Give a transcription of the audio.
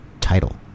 title